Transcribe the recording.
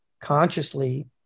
consciously